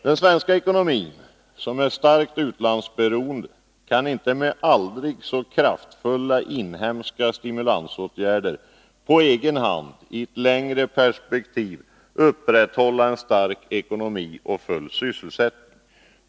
Den svenska ekonomin, som är starkt utlandsberoende, kan inte med aldrig så kraftfulla inhemska stimulansåtgärder på egen hand i ett längre perspektiv upprätthålla en stark ekonomi och full sysselsättning.